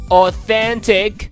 authentic